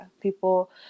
People